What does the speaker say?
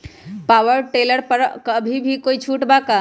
Power tiller पर अभी कोई छुट बा का?